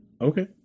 okay